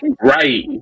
Right